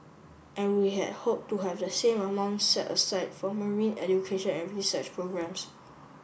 and we had hoped to have the same amount set aside for marine education and research programmes